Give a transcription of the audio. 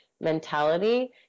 mentality